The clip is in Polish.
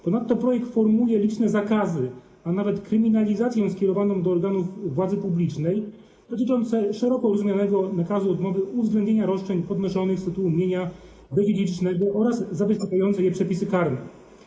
Ponadto projekt formułuje liczne zakazy, a nawet kryminalizację skierowaną do organów władzy publicznej, dotyczące szeroko rozumianego nakazu odmowy uwzględnienia roszczeń podnoszonych z tytułu mienia bezdziedzicznego oraz zabezpieczające je przepisy karne.